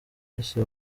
wese